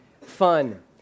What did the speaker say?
fun